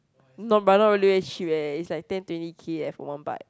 not but not really very cheap eh it's like ten twenty K eh for one bike